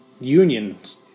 unions